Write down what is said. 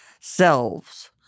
selves